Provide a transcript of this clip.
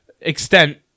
extent